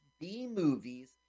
B-movies